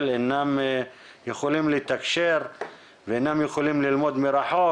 אינם יכולים לתקשר ואינם יכולים ללמוד מרחוק